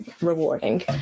rewarding